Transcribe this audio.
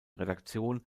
redaktion